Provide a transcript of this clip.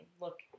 Look